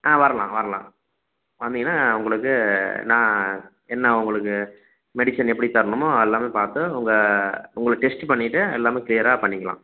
ஆ வரலாம் வரலாம் வந்திங்கன்னால் உங்களுக்கு நா என்ன உங்களுக்கு மெடிசன் எப்படி தரணுமோ எல்லாமே பார்த்து உங்கள் உங்களை டெஸ்ட்டு பண்ணிவிட்டு எல்லாமே க்ளீயராக பண்ணிக்கலாம்